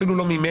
אפילו לא ממני.